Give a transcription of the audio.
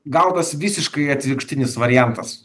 gautas visiškai atvirkštinis variantas